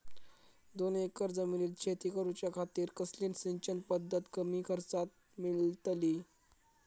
दोन एकर जमिनीत शेती करूच्या खातीर कसली सिंचन पध्दत कमी खर्चात मेलतली?